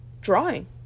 drawing